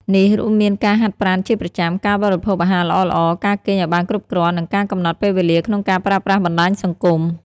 នេះរួមមានការហាត់ប្រាណជាប្រចាំ ការបរិភោគអាហារល្អៗ ការគេងឱ្យបានគ្រប់គ្រាន់ និងការកំណត់ពេលវេលាក្នុងការប្រើប្រាស់បណ្ដាញសង្គម។